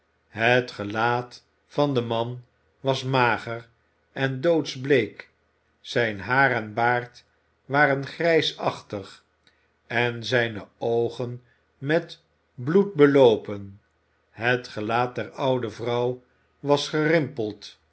het gelaat van den man was mager en doodsbleek zijn haar en baard waren grijsachtig en zijne oogen met bloed beloopen het gelaat der oude vrouw was gerimpeld